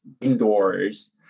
indoors